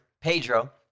Pedro